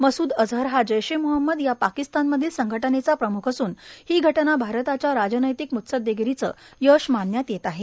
मसूद अजहर हा जैश ए मोहम्मद या पाकिस्तान मधील संघटनेचा प्रम्ख असून ही घटना भारताच्या राजनैतीक म्स्देगिरीचं यश मानन्यात येत आहे